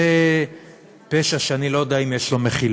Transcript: זה פשע שאני לא יודע אם יש לו מחילה.